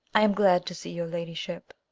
i am glad to see your ladyship.